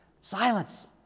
Silence